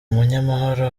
umunyamahoro